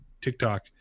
TikTok